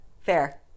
Fair